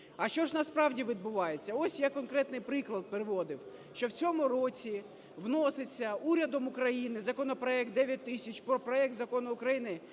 А що ж насправді відбувається? Ось я конкретний приклад приводив, що в цьому році вноситься урядом України законопроект 9000: про проект Закону України